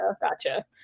Gotcha